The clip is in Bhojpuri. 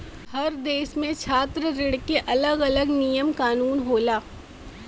हर देस में छात्र ऋण के अलग अलग नियम कानून होला